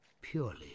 purely